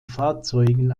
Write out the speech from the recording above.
fahrzeugen